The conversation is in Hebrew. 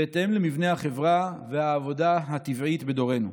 בהתאם למבנה החברה והעבודה הטבעית בדורנו.